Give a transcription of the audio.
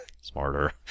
smarter